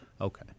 Okay